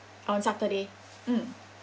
on saturday mm